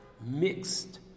mixed